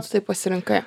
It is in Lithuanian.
tu taip pasirinkai